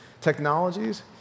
technologies